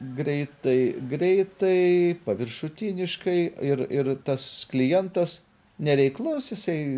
greitai greitai paviršutiniškai ir ir tas klientas nereiklus jisai